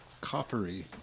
coppery